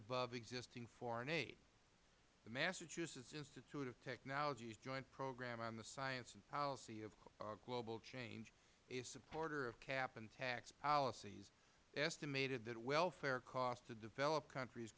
the existing foreign aid the massachusetts institute of technology's joint program on the science and policy of global change a supporter of cap and tax policies estimated that welfare costs to developed countries